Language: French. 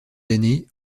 années